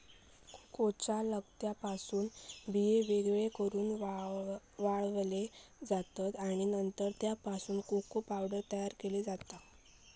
कोकोच्या लगद्यापासून बिये वेगळे करून वाळवले जातत आणि नंतर त्यापासून कोको पावडर तयार केली जाता